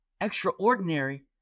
extraordinary